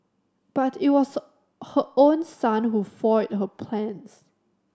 but it was her own son who foiled her plans